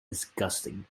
disgusting